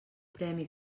premi